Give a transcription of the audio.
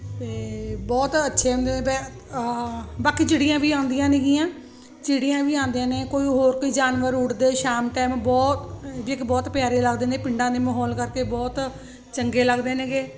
ਅਤੇ ਬਹੁਤ ਅੱਛੇ ਹੁੰਦੇ ਬੇ ਬਾਕੀ ਚਿੜੀਆਂ ਵੀ ਆਉਂਦੀਆਂ ਨੇਗੀਆਂ ਚਿੜੀਆਂ ਵੀ ਆਉਂਦੀਆਂ ਨੇ ਕੋਈ ਹੋਰ ਕੋਈ ਜਾਨਵਰ ਉਡਦੇ ਸ਼ਾਮ ਟਾਈਮ ਬਹੁਤ ਬਹੁਤ ਪਿਆਰੇ ਲੱਗਦੇ ਨੇ ਪਿੰਡਾਂ ਦੇ ਮਾਹੌਲ ਕਰਕੇ ਬਹੁਤ ਚੰਗੇ ਲੱਗਦੇ ਨੇਗੇ